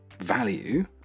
Value